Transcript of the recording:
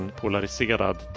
polariserad